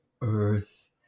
earth